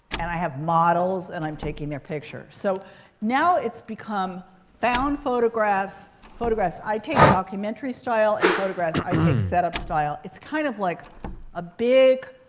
and i have models. and i'm taking their picture. so now, it's become found photographs, photographs i take documentary-style and photographs i take set-up-style. it's kind of like a big